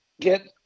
get